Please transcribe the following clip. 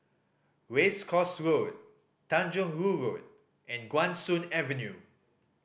Race Course Road Tanjong Rhu Road and Guan Soon Avenue